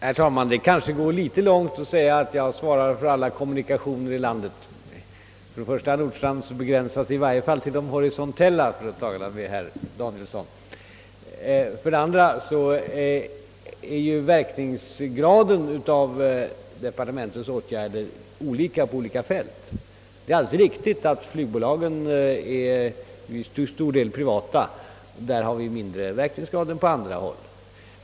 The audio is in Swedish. Herr talman! Det kanske är litet för mycket att säga att jag svarar för alla kommunikationer i landet. För det första är mitt område i varje fall begränsat till de kommunikationer som går vågrätt, för att tala med Tage Danielsson. För det andra blir verkningsgraden av departementets åtgärder olika på olika fält. Det är alldeles riktigt att flygbolagen till stor del är privata bolag, och där är verkningsgraden mindre än på andra håll.